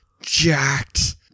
Jacked